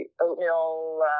oatmeal